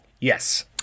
Yes